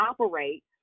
operate